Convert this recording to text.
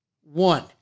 One